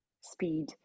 speed